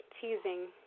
teasing